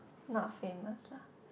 not famous lah